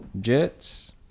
Jets